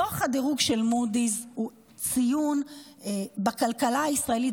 דוח הדירוג של מודי'ס הוא ציון בכלכלה הישראלית,